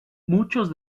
muchos